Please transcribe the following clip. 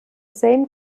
sejm